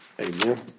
Amen